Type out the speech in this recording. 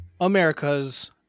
America's